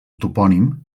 topònim